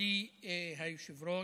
מכובדי היושב-ראש,